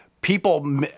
people